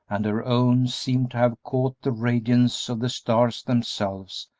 and her own seemed to have caught the radiance of the stars themselves,